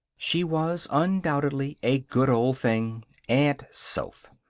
she was, undoubtedly, a good old thing aunt soph.